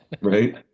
right